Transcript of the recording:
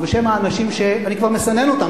ובשם האנשים שאני כבר מסנן אותם,